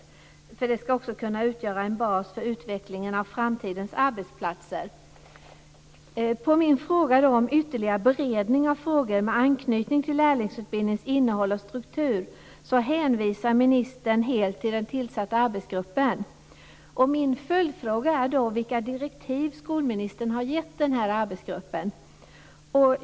Den skall nämligen också kunna utgöra en bas för utvecklingen av framtidens arbetsplatser. På min fråga om ytterligare beredning av frågor med anknytning till lärlingsutbildningens innehåll och struktur hänvisar ministern helt till den tillsatta arbetsgruppen. Min följdfråga är då vilka direktiv skolministern har gett denna arbetsgrupp.